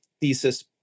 thesis